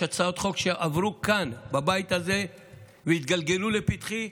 יש הצעות חוק שעברו כאן בבית הזה והתגלגלו לפתחי,